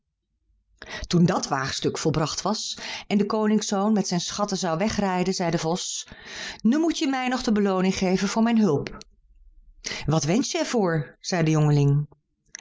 toen dat waagstuk volbracht was en de koningszoon met zijn schatten zou wegrijden zei de vos nu moet je mij nog de belooning geven voor mijn hulp wat wensch je er voor zei de jongeling